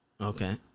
Okay